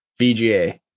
VGA